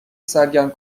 سرگرم